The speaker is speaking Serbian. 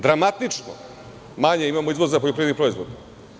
Dramatično manje imamo izvoza poljoprivrednih proizvoda.